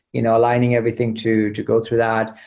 you know aligning everything to to go through that.